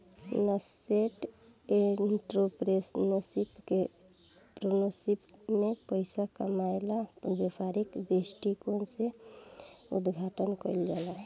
nascent entrepreneurship में पइसा कामायेला व्यापारिक दृश्टिकोण से उद्घाटन कईल जाला